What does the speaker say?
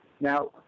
Now